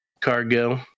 Cargo